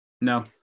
No